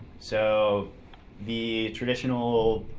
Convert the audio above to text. so the traditional,